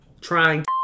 trying